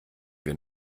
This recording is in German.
wir